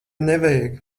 nevajag